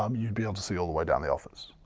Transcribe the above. um you'd be able to see all the way down the office,